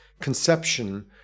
conception